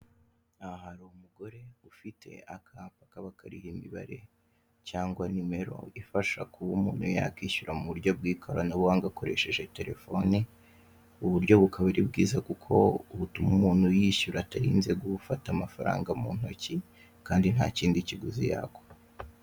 Aha hari umugore ufite akapa kaba kariho imibare cyangwa nimero ifasha kuba umuntu yakwishyura mu buryo bw'ikoranabuhanga akoresheje telefoni. Ubu buryo bukaba ari bwiza kuko butuma umuntu yishyura atarinze gufata amafaranga mu ntoki kandi nta kindi kiguzi yakwa.